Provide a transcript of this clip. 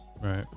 Right